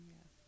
Yes